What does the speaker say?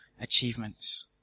achievements